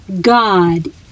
God